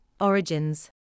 Origins